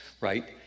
right